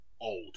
old